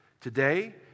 today